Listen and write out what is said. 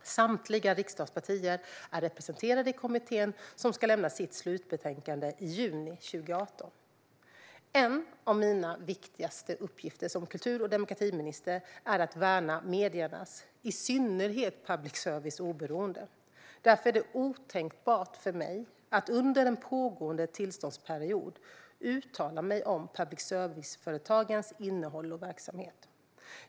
Samtliga riksdagspartier är representerade i kommittén som ska lämna sitt slutbetänkande i juni 2018. En av mina viktigaste uppgifter som kultur och demokratiminister är att värna mediernas, i synnerhet public services, oberoende. Därför är det otänkbart för mig att under en pågående tillståndsperiod uttala mig om public service-företagens verksamhet.